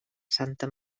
santa